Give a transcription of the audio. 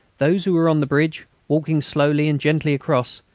those who were on the bridge, walking slowly and gently across,